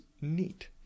neat